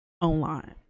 online